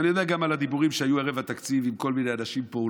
ואני יודע גם על הדיבורים שהיו ערב התקציב עם כל מיני אנשים פה,